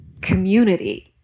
community